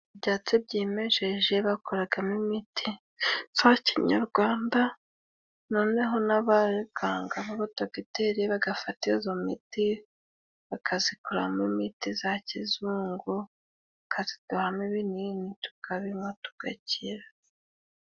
Ibyatsi byimejeje bakoramo imiti ya kinyarwanda, noneho n'abaganga baba dogiteri bagafata iyo miti bakayikuramo imiti ya kizungu, bakayiduhamo ibinini tukabinywa tugakira.